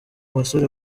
basore